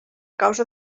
causa